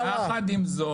קארה, קארה.